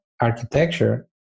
architecture